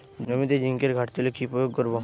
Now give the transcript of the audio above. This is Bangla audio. জমিতে জিঙ্কের ঘাটতি হলে কি প্রয়োগ করব?